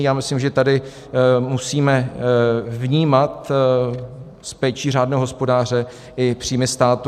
Já myslím, že tady musíme vnímat s péčí řádného hospodáře i příjmy státu.